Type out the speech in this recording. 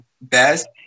best